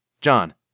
John